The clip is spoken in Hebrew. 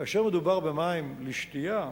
כאשר מדובר במים לשתייה,